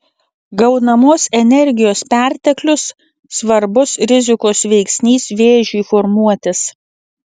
gaunamos energijos perteklius svarbus rizikos veiksnys vėžiui formuotis